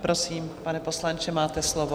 Prosím, pane poslanče, máte slovo.